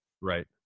right